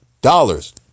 dollars